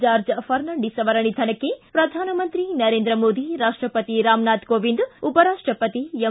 George Fernandes ಅವರ ನಿಧನಕ್ಕೆ ಪ್ರಧಾನಮಂತ್ರಿ ನರೇಂದ್ರ ಮೋದಿ ರಾಷ್ಟಪತಿ ರಾಮನಾಥ್ ಕೋವಿಂದ್ ಉಪರಾಷ್ಟಪತಿ ಎಂ